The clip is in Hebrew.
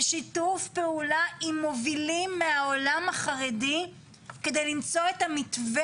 בשיתוף פעולה עם מובילים מהעולם החרדי כדי למצוא את המתווה